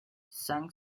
zhang